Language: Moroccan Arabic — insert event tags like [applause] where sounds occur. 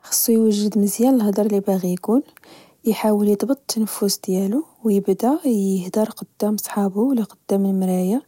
خاصو يوجد مزيان الهدرا لبغي چول، إحاول يظبط التنفس ديالو ويبدا [hesitation] يهدر قدام صحابو ولا قدام المرايا